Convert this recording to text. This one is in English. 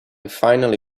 finally